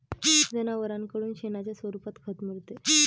जनावरांकडून शेणाच्या स्वरूपात खत मिळते